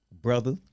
brother